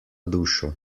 dušo